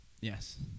Yes